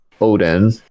odin